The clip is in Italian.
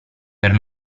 per